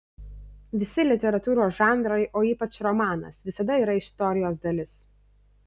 visi literatūros žanrai o ypač romanas visada yra istorijos dalis